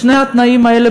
שני התנאים האלה,